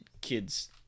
kids